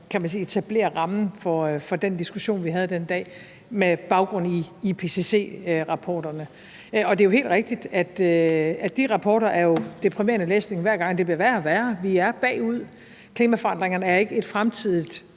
etablere rammen for den diskussion, vi havde den dag, med baggrund i IPCC-rapporterne. Det er helt rigtigt, at de rapporter jo er deprimerende læsning hver gang, og det bliver værre og værre. Vi er bagud. Klimaforandringerne er ikke et fremtidigt